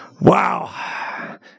Wow